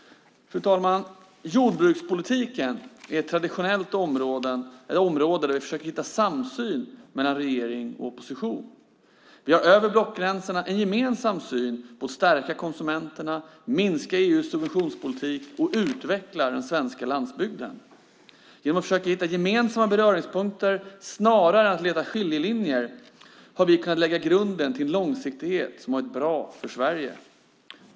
Fru talman! Jordbrukspolitiken är traditionellt ett område där vi försöker hitta samsyn mellan regering och opposition. Vi har över blockgränserna en gemensam syn på att stärka konsumenterna, minska EU:s subventionspolitik och utveckla den svenska landsbygden. Genom att försöka hitta gemensamma beröringspunkter snarare än att leta skiljelinjer har vi kunnat lägga grunden till en långsiktighet som har varit bra för Sverige.